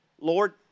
Lord